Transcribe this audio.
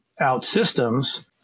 OutSystems